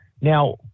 Now